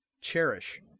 Cherish